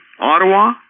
Ottawa